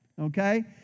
Okay